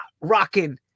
rocking